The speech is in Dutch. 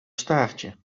staartje